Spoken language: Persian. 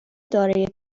دارای